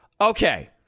Okay